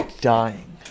dying